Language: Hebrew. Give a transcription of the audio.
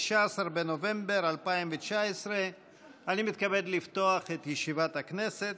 19 בנובמבר 2019. אני מתכבד לפתוח את ישיבת הכנסת.